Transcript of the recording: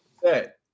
set